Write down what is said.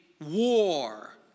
war